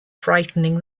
frightening